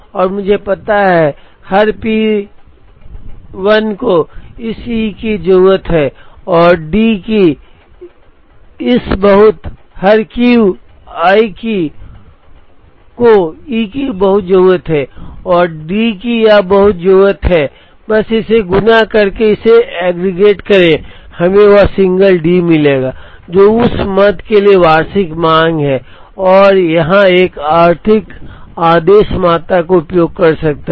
और मुझे पता है कि हर PI को इस E की बहुत जरूरत है और D की इस बहुत हर QI को E की बहुत जरूरत है और D की यह बहुत जरूरत है बस इसे गुणा करके इसे एग्रीगेट करें हमें वह सिंगल D मिलेगा जो उस मद के लिए वार्षिक मांग है और एक वहाँ एक आर्थिक आदेश मात्रा का उपयोग कर सकता है